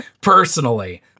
personally